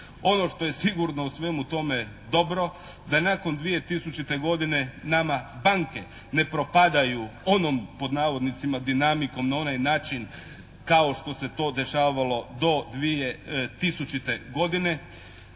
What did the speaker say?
Ono što je sigurno u svemu tome dobro da nakon 2000. godine nama banke ne propadaju onom, pod navodnicima, "dinamikom" na onaj način kao što se to dešavalo do 2000. godine